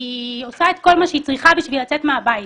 היא עושה את כל מה שהיא צריכה כדי לצאת מהבית,